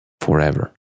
forever